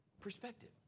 Perspective